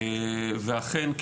אכן,